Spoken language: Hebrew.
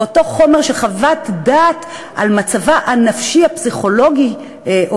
באותו חומר שחוות הדעת על מצבה הנפשי הפסיכולוגי או